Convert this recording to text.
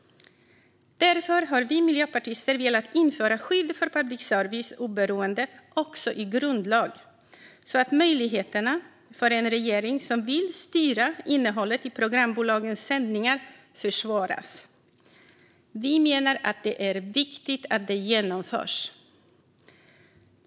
Vi i Miljöpartiet har därför velat införa ett skydd för public services oberoende också i grundlagen, så att möjligheterna för en regering som vill styra innehållet i programbolagens sändningar försvåras. Vi menar att det är viktigt att det genomförs.